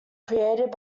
created